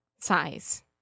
size